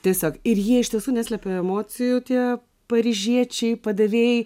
tiesiog ir jie iš tiesų neslepia emocijų tie paryžiečiai padavėjai